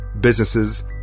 businesses